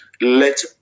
let